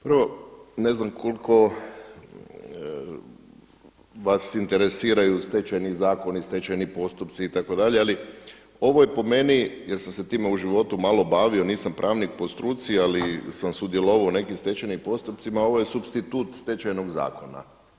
Prvo, ne znam koliko vas interesiraju stečajni zakoni, tečajni postupci itd. ali ovo je po meni jer sam se sa time u životu malo bavio, nisam pravnik po struci, ali sam sudjelovao u nekim stečajnim postupcima, ovo je supstitut Stečajnog zakona.